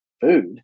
food